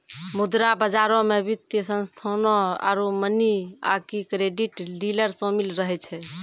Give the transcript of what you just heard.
मुद्रा बजारो मे वित्तीय संस्थानो आरु मनी आकि क्रेडिट डीलर शामिल रहै छै